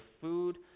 food